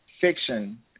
fiction